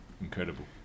Incredible